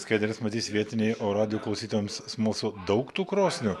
skaidres matys vietiniai o radijo klausytojams smalsu daug tų krosnių